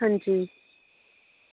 अंजी